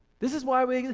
this is why we exist.